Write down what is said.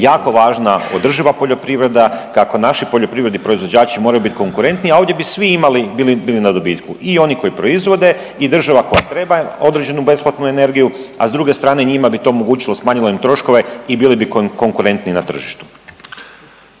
jako važna održiva poljoprivreda, kako naši poljoprivredni proizvođači moraju biti konkurentni, a ovdje bi svi imali, bili na dobitku i oni koji proizvode i država koja treba određenu besplatnu energiju, a s druge strane njima bi to omogućilo, smanjilo im troškove i bili bi konkurentniji na tržištu.